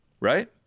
right